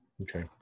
Okay